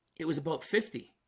it was about fifty